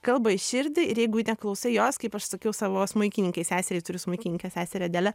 kalba į širdį ir jeigu neklausai jos kaip aš sakiau savo smuikininkei seseriai turiu smuikininkę seserį adelę